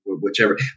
whichever